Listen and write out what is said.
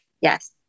Yes